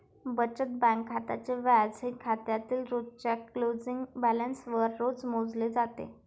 बचत बँक खात्याचे व्याज हे खात्यातील रोजच्या क्लोजिंग बॅलन्सवर रोज मोजले जाते